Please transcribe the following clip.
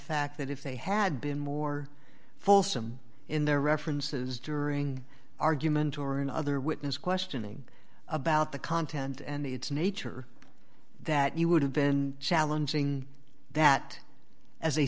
fact that if they had been more fulsome in their references during argument or in other witness questioning about the content and its nature that you would have been challenging that as a